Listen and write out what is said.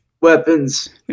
weapons